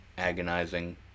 agonizing